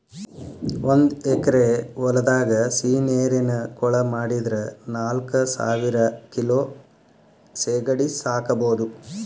ಒಂದ್ ಎಕರೆ ಹೊಲದಾಗ ಸಿಹಿನೇರಿನ ಕೊಳ ಮಾಡಿದ್ರ ನಾಲ್ಕಸಾವಿರ ಕಿಲೋ ಸೇಗಡಿ ಸಾಕಬೋದು